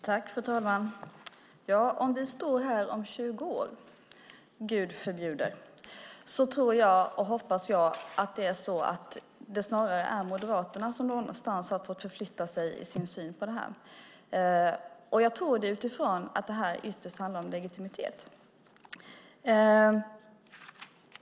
Fru talman! Om vi står här om 20 år - Gud förbjude - tror och hoppas jag att det snarare är Moderaterna som har fått förflytta sig i sin syn på detta. Jag tror det utifrån att detta ytterst handlar om legitimitet.